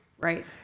Right